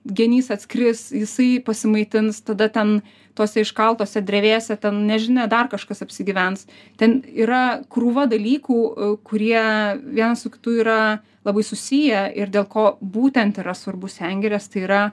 genys atskris jisai pasimaitins tada ten tose iškaltose drevėse ten nežinia dar kažkas apsigyvens ten yra krūva dalykų kurie vienas su kitu yra labai susiję ir dėl ko būtent yra svarbu sengirės tai yra